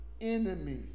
enemy